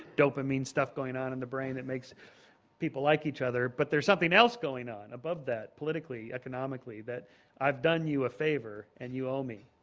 dopamine stuff going on in the brain that makes people like each other. but there's something else going on above that politically, economically that i've done you a favour and you owe me.